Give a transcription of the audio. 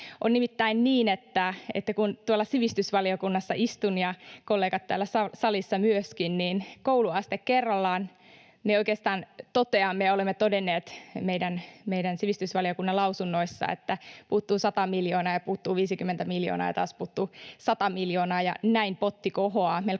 On nimittäin niin, että kun tuolla sivistysvaliokunnassa istun ja kollegat täällä salissa myöskin, niin kouluaste kerrallaan me oikeastaan toteamme ja olemme todenneet meidän sivistysvaliokunnan lausunnoissa, että puuttuu 100 miljoonaa ja puuttuu 50 miljoonaa ja taas puuttuu 100 miljoonaa ja näin potti kohoaa